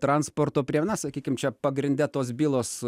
transporto priemo na sakykim čia pagrinde tos bylos